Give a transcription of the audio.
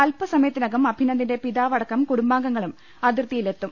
അൽപസമയത്തിനകം അഭിനന്ദിന്റെ പിതാവ ടക്കം കുടുംബാംഗങ്ങളും അതിർത്തിയിലെത്തും